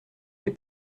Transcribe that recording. l’ai